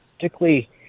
particularly